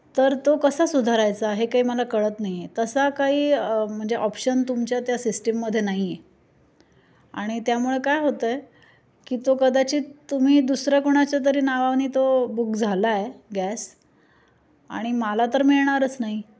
तर तो कसा सुधारायचा हे काही मला कळत नाही आहे तसा काही म्हणजे ऑप्शन तुमच्या त्या सिस्टीममध्ये नाही आहे आणि त्यामुळं काय होतं आहे की तो कदाचित तुम्ही दुसऱ्या कोणाच्या तरी नावाने तो बुक झाला आहे गॅस आणि मला तर मिळणारच नाही